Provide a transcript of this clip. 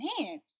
man